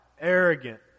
arrogant